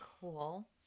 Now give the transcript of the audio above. Cool